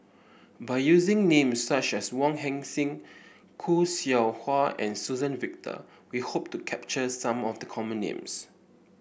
by using names such as Wong Heck Sing Khoo Seow Hwa and Suzann Victor we hope to capture some of the common names